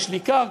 יש לי קרקע,